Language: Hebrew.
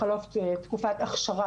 בחלוף תקופת הכשרה,